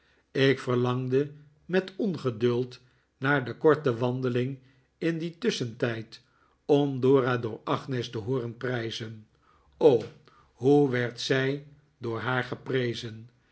ik verlangde met ongeduld naar de korte wandeling in dien tusschentijd om dora door agnes te hooren prijzen o hoe werd zij door haar geprezen